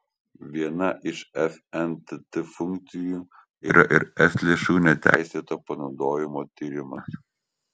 viena iš fntt funkcijų yra ir es lėšų neteisėto panaudojimo tyrimas